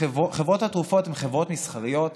חברות התרופות הן חברות מסחריות,